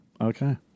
Okay